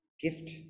gift